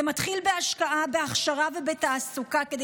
זה מתחיל בהשקעה בהכשרה ובתעסוקה כדי